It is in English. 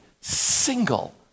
single